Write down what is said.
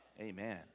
Amen